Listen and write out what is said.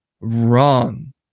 wrong